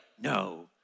no